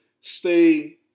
stay